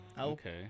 Okay